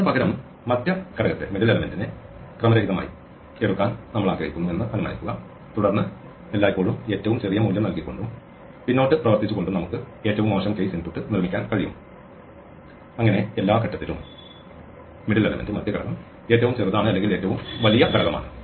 അതിനുപകരം മധ്യ ഘടകത്തെ ക്രമരഹിതമായി എടുക്കാൻ നമ്മൾ ആഗ്രഹിക്കുന്നു എന്ന അനുമാനിക്കുക തുടർന്ന് എല്ലായ്പ്പോഴും ഏറ്റവും ചെറിയ മൂല്യം നൽകിക്കൊണ്ടും പിന്നോട്ട് പ്രവർത്തിച്ചുകൊണ്ടും നമുക്ക് ഏറ്റവും മോശം കേസ് ഇൻപുട്ട് നിർമ്മിക്കാൻ കഴിയും അങ്ങനെ എല്ലാ ഘട്ടത്തിലും മധ്യ ഘടകം ഏറ്റവും ചെറുതാണ് അല്ലെങ്കിൽ ഏറ്റവും വലിയ ഘടകമാണ്